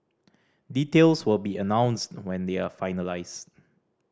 details will be announced when they are finalised